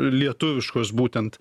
lietuviškos būtent